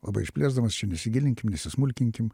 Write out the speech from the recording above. labai išplėsdamas čia nesigilinkim nesismulkinkim